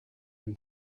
dem